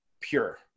pure